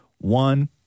One